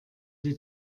die